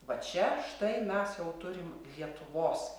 va čia štai mes jau turim lietuvos